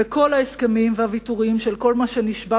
וכל ההסכמים והוויתורים של כל מה שנשבע